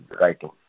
writing